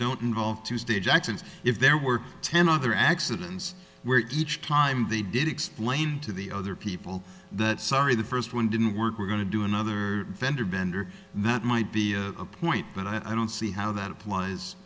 don't involve tuesday jackson's if there were ten other accidents where each time they did explain to the other people that sorry the first one didn't work we're going to do another vendor bender that might be a point but i don't see how that